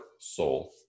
soul